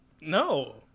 No